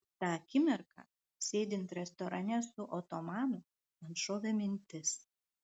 tą akimirką sėdint restorane su otomanu man šovė mintis